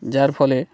যার ফলে